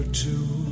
two